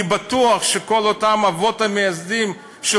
אני בטוח שכל אותם האבות המייסדים של